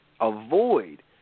avoid